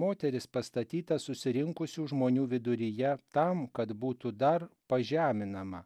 moteris pastatyta susirinkusių žmonių viduryje tam kad būtų dar pažeminama